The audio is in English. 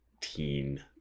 teen